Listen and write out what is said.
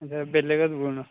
बैह्ले कदूं होना